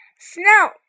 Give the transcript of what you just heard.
Snow